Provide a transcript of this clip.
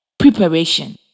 Preparation